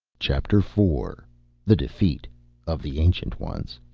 chapter four the defeat of the ancient ones